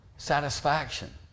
Satisfaction